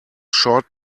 short